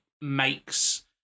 makes